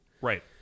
Right